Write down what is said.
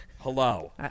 Hello